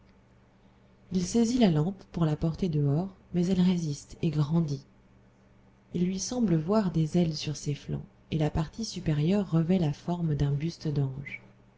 il saisit la lampe pour la porter dehors mais elle résiste et grandit il lui semble voir des ailes sur ses flancs et la partie supérieure revêt la forme d'un buste d'ange